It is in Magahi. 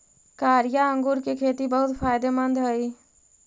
कारिया अंगूर के खेती बहुत फायदेमंद हई